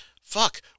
Fuck